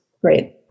great